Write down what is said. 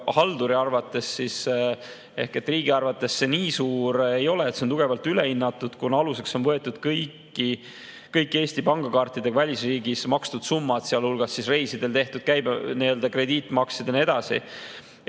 Maksuhalduri arvates ehk riigi arvates see nii suur ei ole, see on tugevalt üle hinnatud, kuna aluseks on võetud kõik Eesti pangakaartidega välisriigis makstud summad, sealhulgas reisidel tehtud krediitmaksed ja nii edasi.